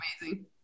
amazing